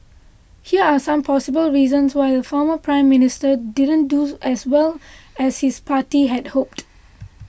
here are some possible reasons why the former Prime Minister didn't do as well as his party had hoped